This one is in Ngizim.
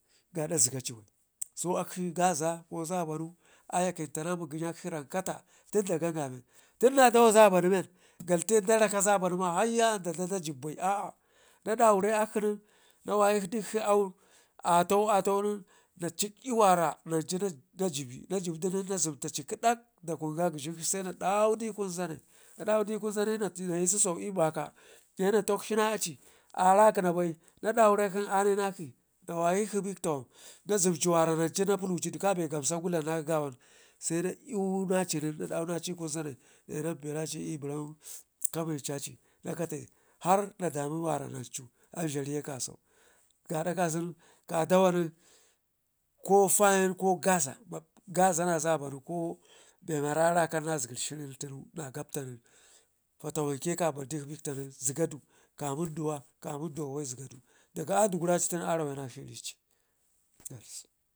gada zegaci bai su akshi gaza, ko zaba nu ayekəntana mugəyakshi rankata tunda gen gaminkshi tun nedawa zabanu men kalte darakka zabanu bai ma naiya dada dajib bai a'a na daure akshi nen nawayi dikshi awau nen atau atonen na cikɗi wara nanci na jibe na jibdi nen na zemtaci kədak da kun gagəzhenkshi na dawudi i'kun zanai, na dawudi i'kun zanai nen nayidu i'susau i'baka nayi na takshina aci arakəna bai na darakshin ani nakshi na wayikshi bektawan na zemtina wara nancu na pulutidu kaɓe gamsakgu dlam nakshi gawan, sena iyunaci nen na dawu naci i'kun zanai nanpenaci i beran kamencaci na kate har na damu wara nancu anzharu ye kasau gaɗa kasunu ka dawa nen ko fayin ko ƙara na zabanu ko bewara a rakan na zegerr nen tunu na gapta nen, fatawanke kabar dikshi bekta nenzigadu ka munduwa ka munduwa bai zigadu daga a duguraci ten nen arawayi nakshi.